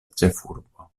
ĉefurbo